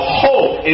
hope